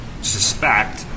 suspect